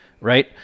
Right